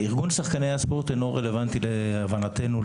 להבנתנו,